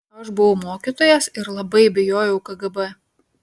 aš buvau mokytojas ir labai bijojau kgb